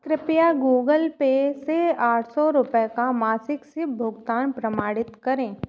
कृपया Google Pay से आठ सौ रुपये का मासिक सिप भुगतान प्रमाणित करें